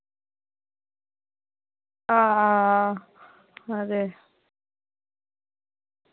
हां हां ते